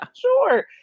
Sure